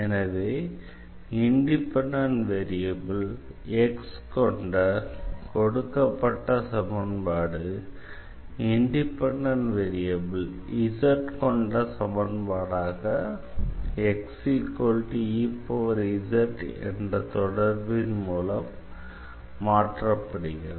எனவே independent variable x கொண்ட கொடுக்கப்பட்ட சமன்பாடு இண்டிபெண்டண்ட் வேரியபிள் z கொண்ட சமன்பாடாக என்ற தொடர்பின் மூலம் மாற்றப்படுகிறது